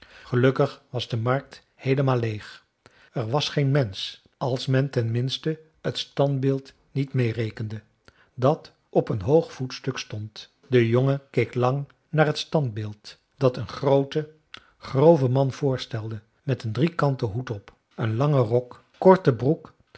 gelukkig was de markt heelemaal leeg er was geen mensch als men ten minste het standbeeld niet meê rekende dat op een hoog voetstuk stond de jongen keek lang naar het standbeeld dat een grooten groven man voorstelde met een driekanten hoed op een langen rok korte broek